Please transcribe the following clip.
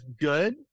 good